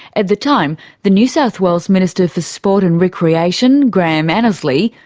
at the time, the new south wales minister for sport and recreation, graham annesley,